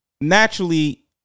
naturally